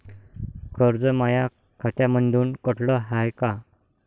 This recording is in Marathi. कर्ज माया खात्यामंधून कटलं हाय का?